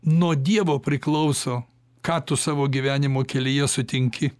nuo dievo priklauso ką tu savo gyvenimo kelyje sutinki